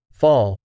fall